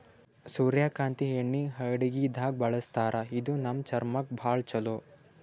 ಸೂರ್ಯಕಾಂತಿ ಎಣ್ಣಿ ಅಡಗಿದಾಗ್ ಬಳಸ್ತಾರ ಇದು ನಮ್ ಚರ್ಮಕ್ಕ್ ಭಾಳ್ ಛಲೋ